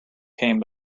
came